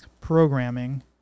programming